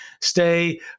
stay